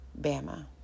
Bama